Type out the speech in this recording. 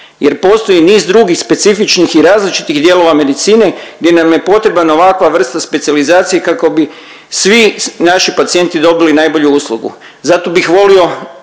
jer postoji niz drugih specifičnih i različitih dijelova medicine, gdje nam je potreban ovakva vrsta specijalizacije kako bi svi naši pacijenti dobili najbolju uslugu. Zato bih volio